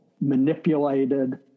manipulated